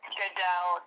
Goodell